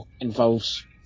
involves